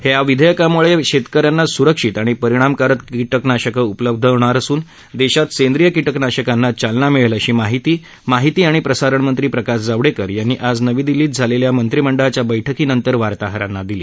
या विधेयकामुळे शेतकऱ्यांना सुरक्षित आणि परिणामकारक कीटकनाशकं उपलब्ध होणार असून देशात सेंद्रिय कीटकनाशकांना चालना मिळेल अशी माहिती माहिती आणि प्रसारण मंत्री प्रकाश जावडेकर यांनी आज नवी दिल्लीत झालेल्या मंत्रिमंडळाच्या बैठकीनंतर वार्ताहरांना दिली